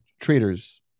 Traitors